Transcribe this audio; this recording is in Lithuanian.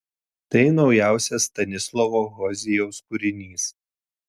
tai naujausias stanislavo hozijaus kūrinys